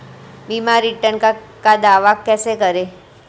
बीमा रिटर्न का दावा कैसे करें?